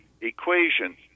equation